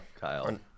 Kyle